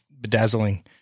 bedazzling